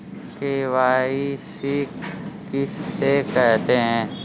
KYC किसे कहते हैं?